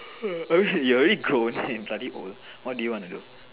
are you're already grown you're bloody old what do you want to do